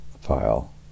file